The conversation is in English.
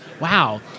wow